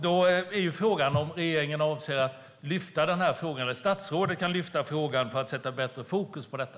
Då är frågan om regeringen eller statsrådet kan lyfta denna fråga för att sätta bättre fokus på detta.